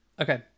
Okay